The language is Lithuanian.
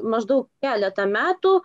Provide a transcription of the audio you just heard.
maždaug keletą metų